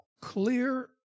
clear